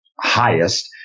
highest